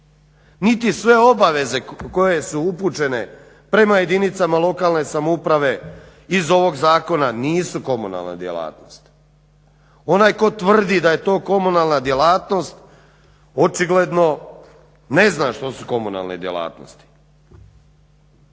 niti sve obaveze koje su upućene prema jedinicama lokalne samouprave iz ovog zakona nisu komunalna djelatnost. Onaj tko tvrdi da je to komunalna djelatnost očigledno ne zna što su komunalne djelatnosti.